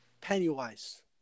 Pennywise